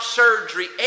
surgery